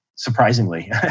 Surprisingly